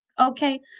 okay